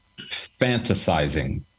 fantasizing